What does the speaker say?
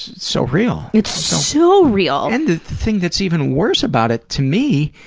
so real. it's so real. and the thing that's even worse about it, to me,